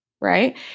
right